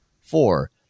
Four